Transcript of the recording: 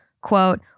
quote